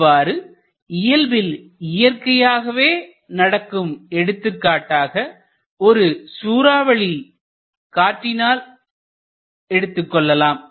இவ்வாறு இயல்பில் இயற்கையாகவே நடக்கும் எடுத்துக்காட்டாக ஒரு சூராவளி காற்றினால் எடுத்துக்கொள்ளலாம்